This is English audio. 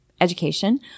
education